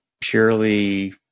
purely